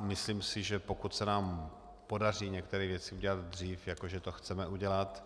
Myslím si, že pokud se nám podaří některé věci udělat dřív, jako že to chceme udělat,